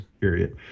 period